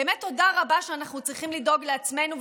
באמת, תודה רבה שאנחנו צריכים לדאוג לעצמנו.